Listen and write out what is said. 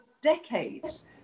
decades